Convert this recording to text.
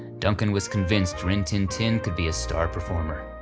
duncan was convinced rin tin tin could be a star performer.